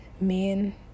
men